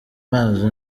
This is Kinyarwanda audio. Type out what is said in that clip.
mazi